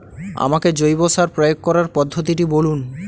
আমাকে জৈব সার প্রয়োগ করার পদ্ধতিটি বলুন?